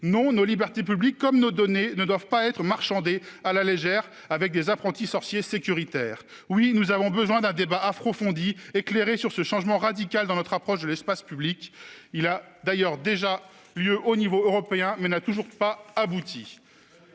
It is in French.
Non, nos libertés publiques comme nos données ne doivent pas être marchandées à la légère avec des apprentis sorciers sécuritaires ! Oui, nous avons besoin d'un débat approfondi et éclairé sur ce changement radical dans notre approche de l'espace public. Il a d'ailleurs lieu au niveau européen, mais n'a toujours pas abouti.